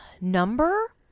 number